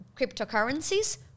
cryptocurrencies